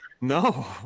No